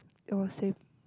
oh same